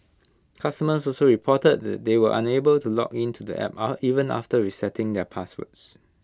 customers also reported that they were were unable to log in to the app even after resetting their passwords